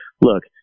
look